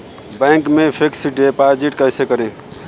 Bank में fix deposit कैसे करें?